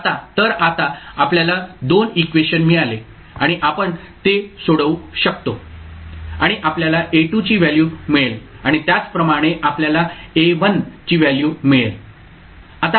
तर आता आपल्याला 2 इक्वेशन मिळाले आणि आपण ते सोडवू शकतो आणि आपल्याला A2 ची व्हॅल्यू मिळेल आणि त्याच प्रमाणे आपल्याला A1 ची व्हॅल्यू मिळेल